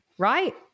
Right